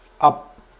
up